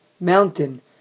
mountain